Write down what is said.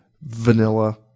vanilla